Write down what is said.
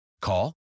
Call